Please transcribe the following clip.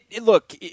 look